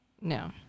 No